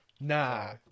Nah